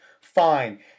Fine